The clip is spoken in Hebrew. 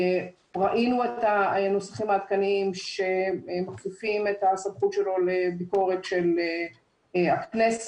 ראינו את הנוסחים העדכניים שמכפיפים את הסמכות שלו לביקורת של הכנסת,